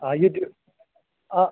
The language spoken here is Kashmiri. آ ییٚتہِ آ